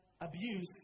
abuse